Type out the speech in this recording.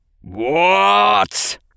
What